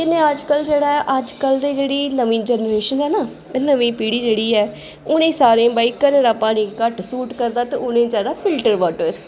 कन्नै अजकल जेह्ड़ा ऐ अजकल दी जेह्ड़ी नमीं जैनरेशन ऐ न नमीं पीढ़ी जेह्ड़ी ऐ उ'नें सारें ई भाई घरें दा पानी घट्ट सूट करदा ते उ'नें ई चाहिदा फिल्टर वाटर